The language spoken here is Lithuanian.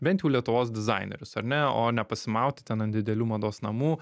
bent jau lietuvos dizainerius ar ne o nepasimauti ten ant didelių mados namų